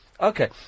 Okay